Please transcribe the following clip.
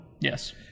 Yes